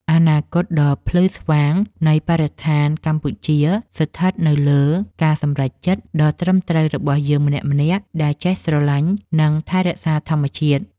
អនាគតដ៏ភ្លឺស្វាងនៃបរិស្ថានកម្ពុជាស្ថិតនៅលើការសម្រេចចិត្តដ៏ត្រឹមត្រូវរបស់យើងម្នាក់ៗដែលចេះស្រឡាញ់ និង ថែរក្សាធម្មជាតិ។